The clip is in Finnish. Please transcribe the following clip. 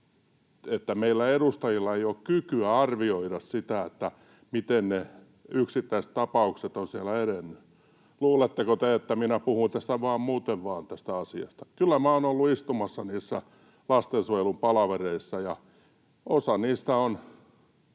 meillä edustajilla ei ole kykyä arvioida sitä, miten ne yksittäistapaukset ovat siellä edenneet. Luuletteko te, että minä muuten vaan puhun tästä asiasta? Kyllä minä olen ollut istumassa niissä lastensuojelun palavereissa, ja valitettavan